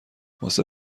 واسه